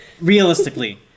realistically